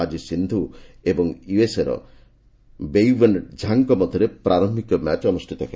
ଆକି ସିନ୍ଧୁ ଏବଂ ୟୁଏସ୍ଏର ବେଇୱେନ୍ ଝାଙ୍ଗଙ୍କ ମଧ୍ୟରେ ପ୍ରାରମ୍ଭିକ ମ୍ୟାଚ୍ ଅନୁଷ୍ଠିତ ହେବ